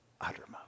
uttermost